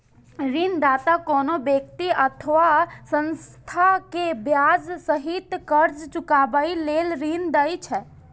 ऋणदाता कोनो व्यक्ति अथवा संस्था कें ब्याज सहित कर्ज चुकाबै लेल ऋण दै छै